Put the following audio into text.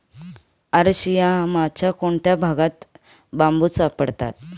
अरशियामाच्या कोणत्या भागात बांबू सापडतात?